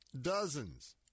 dozens